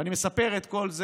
ולמה אני מספר את כל זה?